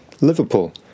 Liverpool